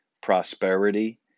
prosperity